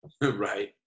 Right